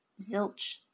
zilch